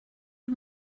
you